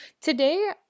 today